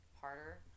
harder